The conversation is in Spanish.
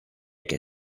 que